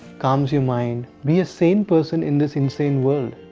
calms your mind. be a sane person in this insane world!